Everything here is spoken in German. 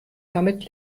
damit